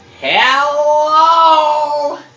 Hello